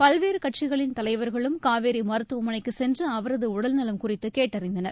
பல்வேறு கட்சிகளின் தலைவர்களும் காவேரி மருத்துவமளைக்கு சென்று அவரது உடல்நலம் குறித்து கேட்டறிந்தனர்